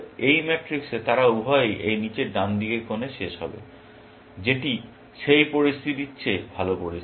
এই ম্যাট্রিক্সে তারা উভয়েই এই নীচের ডানদিকের কোণে শেষ হবে যেটি সেই পরিস্থিতির চেয়ে ভাল পরিস্থিতি